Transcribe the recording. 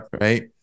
Right